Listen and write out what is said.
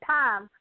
time